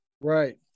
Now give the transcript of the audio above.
Right